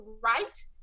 right